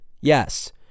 Yes